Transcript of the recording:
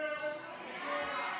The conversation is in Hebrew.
ההסתייגות (26)